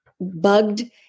bugged